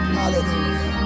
hallelujah